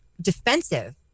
defensive